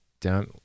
down